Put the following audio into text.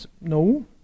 No